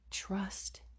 Trust